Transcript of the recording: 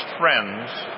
friends